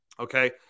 Okay